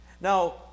Now